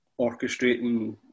orchestrating